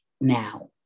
now